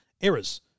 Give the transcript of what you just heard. errors